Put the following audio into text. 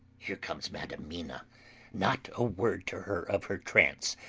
here comes madam mina not a word to her of her trance!